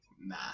Nah